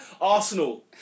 Arsenal